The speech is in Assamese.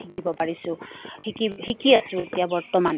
শিকিব পাৰিছোঁ শিকি শিকি আছো এতিয়া বৰ্তমান